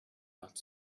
not